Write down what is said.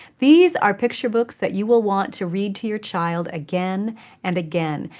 these are picture books that you will want to read to your child again and again.